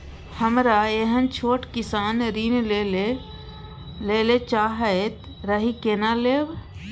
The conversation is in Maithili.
हमरा एहन छोट किसान ऋण लैले चाहैत रहि केना लेब?